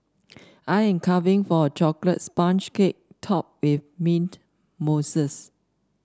I am craving for a chocolate sponge cake topped with mint mousse